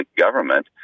government